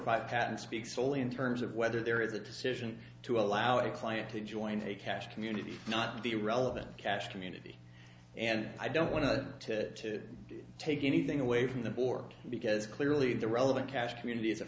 five patent speaks only in terms of whether there is a decision to allow a client to join a cash community not the relevant cash community and i don't want to take anything away from the board because clearly the relevant cash community is a